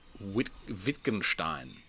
Wittgenstein